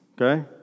okay